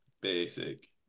basic